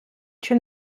при